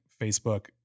Facebook